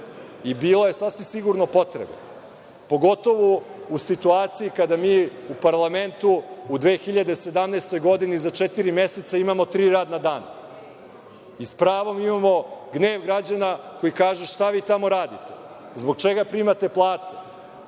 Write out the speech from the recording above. i bilo je sasvim sigurno potrebe, pogotovo u situaciji kada mi u parlamentu u 2017. godini za četiri meseca imamo tri radna dana i sa pravom imamo gnev građana koji kažu šta vi tamo radite, zbog čega primate plate